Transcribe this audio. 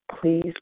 please